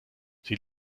sie